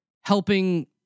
helping